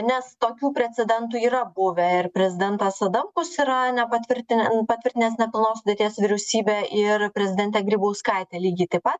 nes tokių precedentų yra buvę ir prezidentas adamkus yra nepatvirtinę patvirtinęs nepilnos sudėties vyriausybę ir prezidentė grybauskaitė lygiai taip pat